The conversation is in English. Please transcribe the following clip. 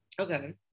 Okay